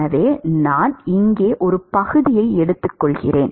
எனவே நான் இங்கே ஒரு பகுதியை எடுத்துக்கொள்கிறேன்